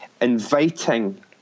inviting